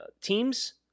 teams